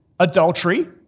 Adultery